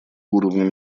уровнем